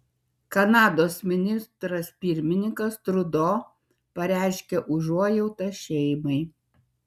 kanados ministras pirmininkas trudo pareiškė užuojautą šeimai